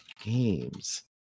games